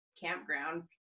campground